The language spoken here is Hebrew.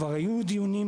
כבר היו דיונים,